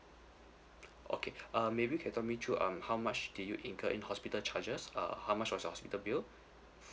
okay uh maybe can talk me through um how much did you incurred in hospital charges uh how much was your hospital bill